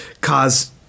cause